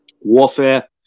warfare